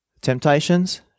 Temptations